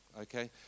okay